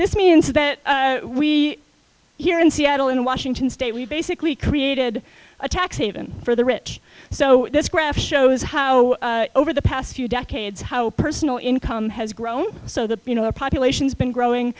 this means that we here in seattle in washington state we basically created a tax haven for the rich so this graph shows how over the past few decades how personal income has grown so that you know our population has been growing